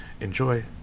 Enjoy